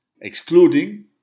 excluding